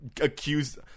accused